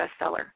bestseller